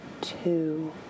two